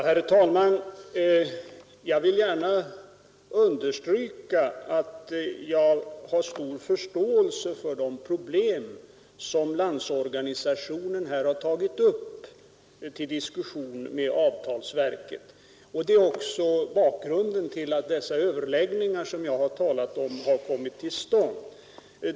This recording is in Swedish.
Herr talman! Jag vill gärna understryka att jag har stor förståelse för de problem som Landsorganisationen hör tagit upp till diskussion med avtalsverket. Det är också bakgrunden till att de överläggningar jag talat om kommit till stånd.